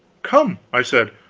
come, i said,